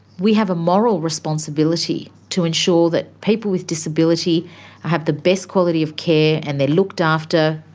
we have a moral responsibility to ensure that people with disability have the best quality of care and they're looked after,